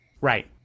Right